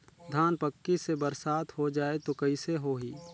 धान पक्की से बरसात हो जाय तो कइसे हो ही?